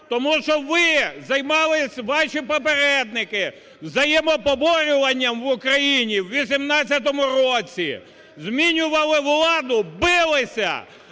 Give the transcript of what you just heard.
Тому що ви займалися, ваші попередники, взаємопоборюванням в Україні у 18-му році, змінювали владу, билися,